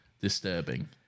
disturbing